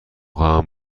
خواهم